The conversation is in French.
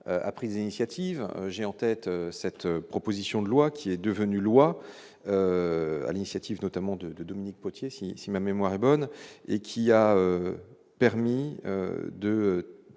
a pris des initiatives, j'ai en tête cette proposition de loi qui est devenu loi à l'initiative notamment de Dominique Potier si, si ma mémoire est bonne et qui a permis de